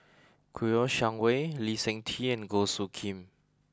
Kouo Shang Wei Lee Seng Tee and Goh Soo Khim